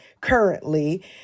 currently